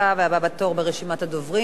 והבא בתור ברשימת הדוברים,